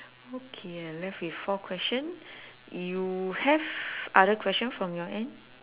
okay I left with four question you have other question from your end